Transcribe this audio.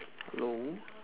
hello